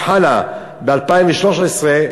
שחלה ב-2013,